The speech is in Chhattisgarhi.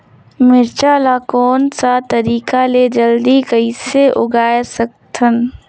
मिरचा ला कोन सा तरीका ले जल्दी कइसे उगाय सकथन?